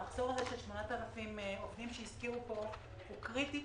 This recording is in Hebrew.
המחסור של 8,000 עובדים הוא קריטי,